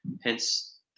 hence